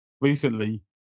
recently